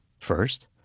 First